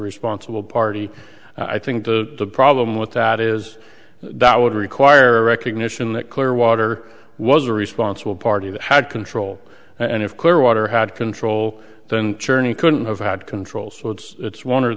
responsible party i think the problem with that is that would require recognition that clearwater was a responsible party that had control and if clearwater had control then czerny couldn't have had control so it's it's one or